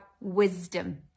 wisdom